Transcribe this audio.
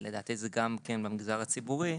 לדעתי זה גם במגזר הציבורי,